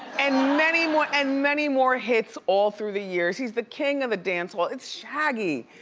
and many more and many more hits all through the years, he's the king of the dance hall, it's shaggy,